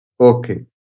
Okay